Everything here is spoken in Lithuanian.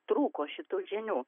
trūko šitų žinių